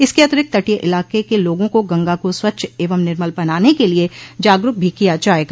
इसके अतिरिक्त तटीय इलाके के लोगों को गंगा को स्वच्छ एवं निर्मल बनाने के लिए जागरूक भी किया जायेगा